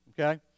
Okay